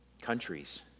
countries